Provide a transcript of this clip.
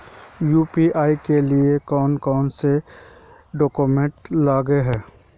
UPI के लिए कौन कौन से डॉक्यूमेंट लगे है?